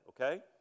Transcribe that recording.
okay